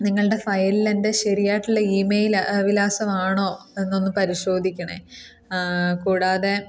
നിങ്ങളുടെ ഫയലിലെൻ്റെ ശരിയായിട്ടുള്ള ഇമെയിൽ വിലാസം ആണോ എന്നൊന്ന് പരിശോധിക്കണേ കൂടാതെ